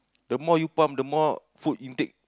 the more you pump the more food intake